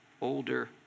older